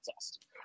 test